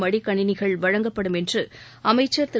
மடிக்கணினிகள் வழங்கப்படும் என்று அமைச்சர் திரு